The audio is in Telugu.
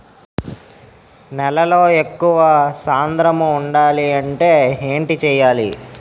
నేలలో ఎక్కువ సాంద్రము వుండాలి అంటే ఏంటి చేయాలి?